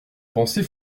pensée